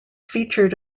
featured